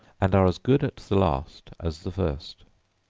and are as good at the last as the first.